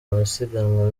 amasiganwa